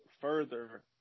further